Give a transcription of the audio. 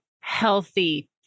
healthy